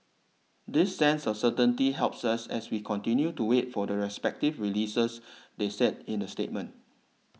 this sense of certainty helps us as we continue to wait for the respective releases they said in a statement